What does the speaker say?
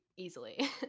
easily